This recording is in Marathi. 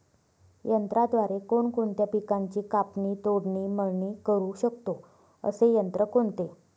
यंत्राद्वारे कोणकोणत्या पिकांची कापणी, तोडणी, मळणी करु शकतो, असे यंत्र कोणते?